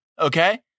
okay